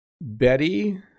Betty